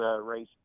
race